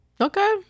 Okay